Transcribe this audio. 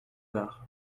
heures